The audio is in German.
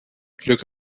glück